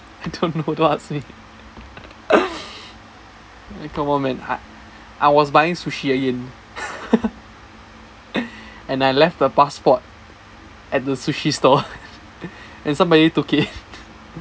I don't know don't ask me eh come on man I I was buying sushi again and I left the passport at the sushi store and somebody took it